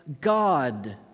God